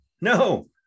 no